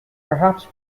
perhaps